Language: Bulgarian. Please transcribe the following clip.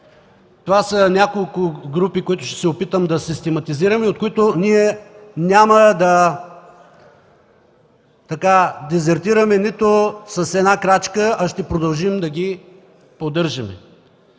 Това са няколко групи, които ще се опитам да систематизирам и от които няма да дезертираме нито с една крачка, а ще продължим да ги поддържаме.